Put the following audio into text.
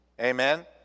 Amen